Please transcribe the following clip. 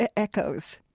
ah echoes.